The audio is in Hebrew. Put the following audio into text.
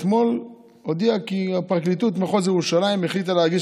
אתמול הודיעו כי פרקליטות מחוז ירושלים החליטה להגיש